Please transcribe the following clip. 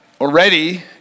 already